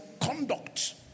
conduct